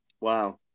Wow